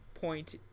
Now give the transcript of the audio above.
point